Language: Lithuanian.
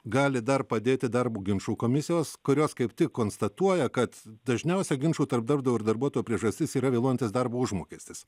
gali dar padėti darbo ginčų komisijos kurios kaip tik konstatuoja kad dažniausia ginčų tarp darbdavio ir darbuotojo priežastis yra vėluojantis darbo užmokestis